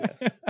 yes